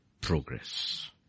progress